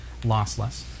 lossless